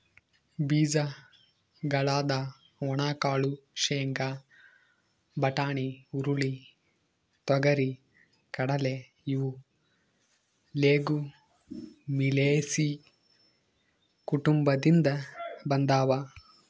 ಬೀಜಗಳಾದ ಒಣಕಾಳು ಶೇಂಗಾ, ಬಟಾಣಿ, ಹುರುಳಿ, ತೊಗರಿ,, ಕಡಲೆ ಇವು ಲೆಗುಮಿಲೇಸಿ ಕುಟುಂಬದಿಂದ ಬಂದಾವ